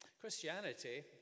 Christianity